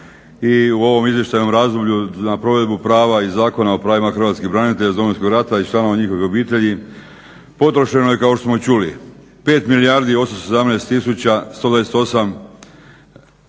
i u ovom izvještajnom razdoblju na provedbu prava iz Zakona o pravima hrvatskih branitelja iz Domovinskog rata i članova njihove obitelji. Potrošeno je kao što smo čuli 5 milijardi 817 tisuća 128 tisuća